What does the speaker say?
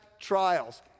trials